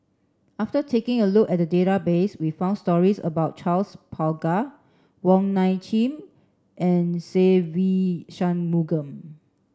after taking a look at the database we found stories about Charles Paglar Wong Nai Chin and Se Ve Shanmugam